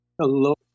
Hello